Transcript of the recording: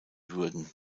würden